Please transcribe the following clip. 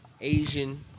Asian